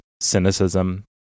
cynicism